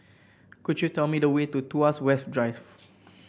could you tell me the way to Tuas West Drive